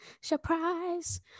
surprise